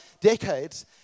decades